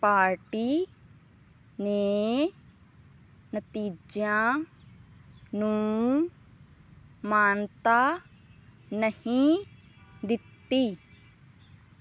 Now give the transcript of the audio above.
party ਨੇ ਨਤੀਜਿਆਂ ਨੂੰ ਮਾਨਤਾ ਨਹੀਂ ਦਿੱਤੀ